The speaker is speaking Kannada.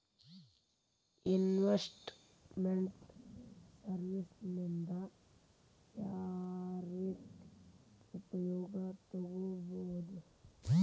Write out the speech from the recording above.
ಇನ್ವೆಸ್ಟ್ ಮೆಂಟ್ ಸರ್ವೇಸ್ ನಿಂದಾ ಯಾವ್ರೇತಿ ಉಪಯೊಗ ತಗೊಬೊದು?